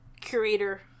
curator